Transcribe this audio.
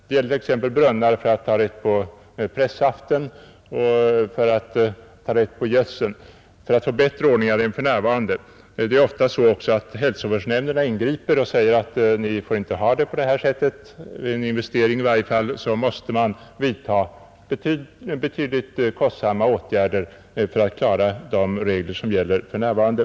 Det gäller t.ex. brunnar för att ta rätt på pressaften och för att ta rätt på gödseln i form av slamgödsel — där krävs efter hand bättre anordningar än för närvarande. Det är ofta så att hälsovårdsnämnderna ingriper och säger att ni får inte ha det på det här sättet. En investering som man då måste vidta medför mycket kostsamma åtgärder för att klara de regler som gäller för närvarande.